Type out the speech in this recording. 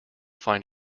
find